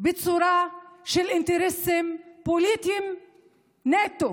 בצורה של אינטרסים פוליטיים נטו